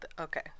Okay